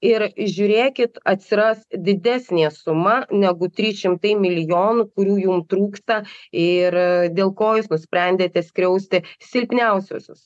ir žiūrėkit atsiras didesnė suma negu trys šimtai milijonų kurių jum trūksta ir dėl ko jūs nusprendėte skriausti silpniausiuosius